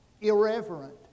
Irreverent